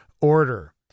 order